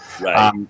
Right